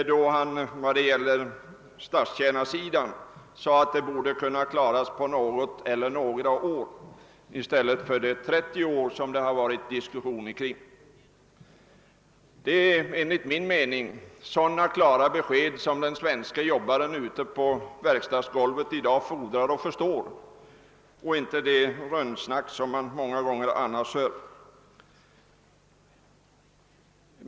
Herr Palme sade då beträffande statstjänarna: »Frågan om en ny anställningsform bör kunna klaras på något eller några år i stället för de 30 år som det rått diskussion om.« Det är sådana klara besked som den svenske jobbaren ute på verkstadsgolvet fordrar och förstår. Han vill inte ha det >rundsnack> som han annars många gånger hör.